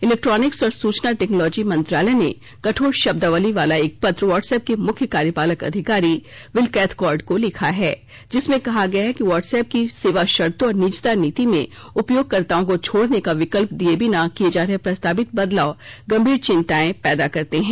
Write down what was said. electronics और सुचना technology मंत्रालय ने कठोर शब्दावली वाला एक पत्र व्हाट्सऐप के मुख्य कार्यपालक अधिकारी विल कैथकार्ट को लिखा है जिसमें कहा गया है कि व्हाट्सऐप की सेवा शर्तों और निजता नीति में उपयोगकर्ताओं को छोडने का विकल्प दिए बिना किए जा रहे प्रस्तावित बदलाव गंभीर चिंताएं पैदा करते हैं